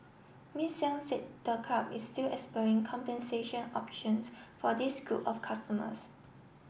Miss Yang said the club is still exploring compensation options for this group of customers